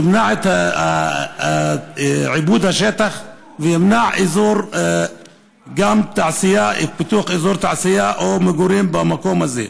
ימנע את עיבוד השטח וימנע גם פיתוח אזור תעשייה או מגורים במקום הזה.